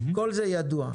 כל זה ידוע.